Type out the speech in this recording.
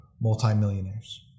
multimillionaires